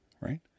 Right